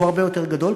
הוא הרבה יותר גדול.